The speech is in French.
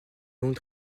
longue